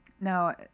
no